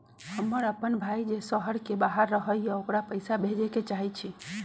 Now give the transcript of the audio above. हमर अपन भाई जे शहर के बाहर रहई अ ओकरा पइसा भेजे के चाहई छी